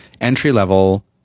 entry-level